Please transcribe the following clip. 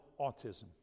autism